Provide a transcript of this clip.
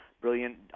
brilliant